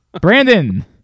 Brandon